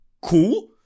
cool